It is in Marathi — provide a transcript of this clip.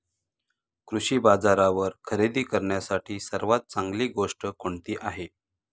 कृषी बाजारावर खरेदी करण्यासाठी सर्वात चांगली गोष्ट कोणती आहे?